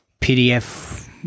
PDF